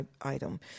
item